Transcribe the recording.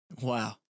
Wow